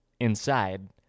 inside